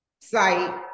site